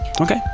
Okay